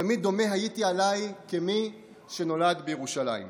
תמיד דומה הייתי עליי כמי שנולד בירושלים".